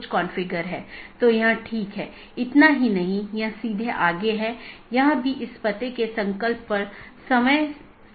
एक stub AS दूसरे AS के लिए एक एकल कनेक्शन है